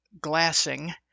glassing